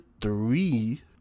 three